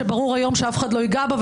שברור היום שאף אחד לא ייגע בה,